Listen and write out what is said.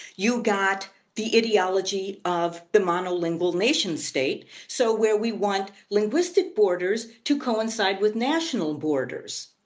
you got the ideology of the monolingual nation state, so where we want linguistic borders to coincide with national borders.